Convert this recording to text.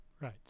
Right